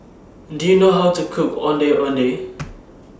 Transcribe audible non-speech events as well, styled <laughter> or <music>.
Do YOU know How to Cook Ondeh Ondeh <noise>